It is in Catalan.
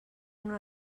una